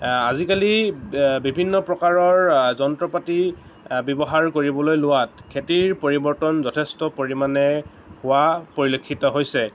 আজিকালি বিভিন্ন প্ৰকাৰৰ যন্ত্ৰ পাতি ব্যৱহাৰ কৰিবলৈ লোৱাত খেতিৰ পৰিৱৰ্তন যথেষ্ট পৰিমাণে হোৱা পৰিলক্ষিত হৈছে